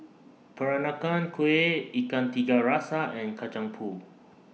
Peranakan Kueh Ikan Tiga Rasa and Kacang Pool